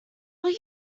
will